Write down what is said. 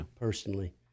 Personally